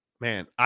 Man